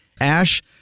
Ash